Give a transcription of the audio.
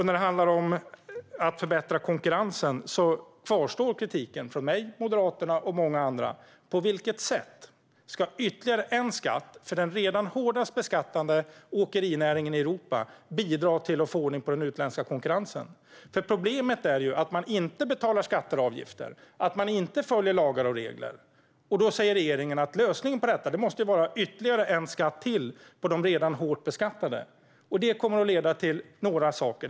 När det handlar om att förbättra konkurrensen kvarstår kritiken från mig, Moderaterna och många andra. På vilket sätt ska ytterligare en skatt för den redan hårdast beskattade åkerinäringen i Europa bidra till att få ordning på den utländska konkurrensen? Problemet är att man inte betalar skatter och avgifter och att man inte följer lagar och regler. Då säger regeringen att lösningen på detta måste vara ytterligare en skatt till på de redan hårt beskattade. Det kommer att leda till några saker.